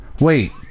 Wait